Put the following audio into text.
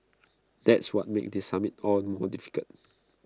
that's what makes this summit all the more difficult